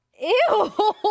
Ew